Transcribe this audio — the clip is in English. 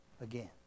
again